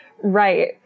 Right